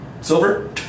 silver